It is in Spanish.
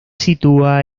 sitúa